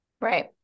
Right